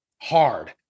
hard